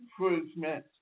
improvement